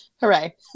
hooray